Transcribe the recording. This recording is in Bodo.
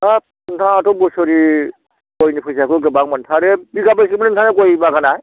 हाब नोंथाङाथ' बोसोरै गयनि फैसाखौ गोबां मोनथारो बिगाबेसे मोनलाय नोंथांना गय बागाना